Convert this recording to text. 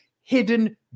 hidden